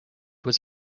was